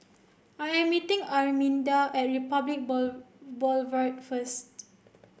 I am meeting Arminda at Republic Boulevard first